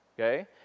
Okay